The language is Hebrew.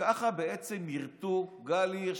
ככה יירטו את גל הירש.